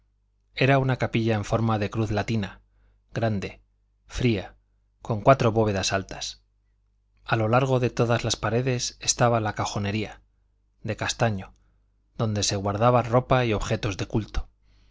era una capilla en forma de cruz latina grande fría con cuatro bóvedas altas a lo largo de todas las paredes estaba la cajonería de castaño donde se guardaba ropas y objetos del culto